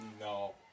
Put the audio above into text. No